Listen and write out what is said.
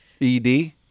ED